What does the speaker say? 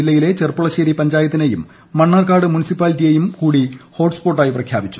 ജില്ലയിലെ ചെർപ്പുളശ്ശേരി പഞ്ചായത്തിനെയും മണ്ണാർക്കാട് മുനിസിപ്പാലിറ്റിയെയും ഹോട്ട്സ്പോട്ടായി പ്രഖ്യാപിച്ചു